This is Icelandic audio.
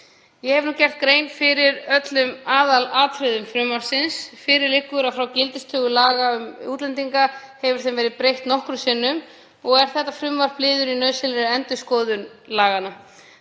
Ég hef nú gert grein fyrir öllum aðalatriðum frumvarpsins. Fyrir liggur að frá gildistöku laga um útlendinga hefur þeim verið breytt nokkrum sinnum og er þetta frumvarp liður í nauðsynlegri endurskoðun laganna.